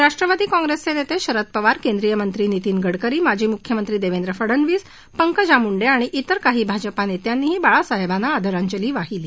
राष्ट्रवादी काँग्रेसचे नेते शरद पवार केंद्रीय मंत्री नितीन गडकरी माजी मुख्यमंत्री देवेंद्र फडनवीस पंकजा मुंडे आणि विर काही भाजपा नेत्यांनीही बाळासाहेबांना आदरांजली वाहिली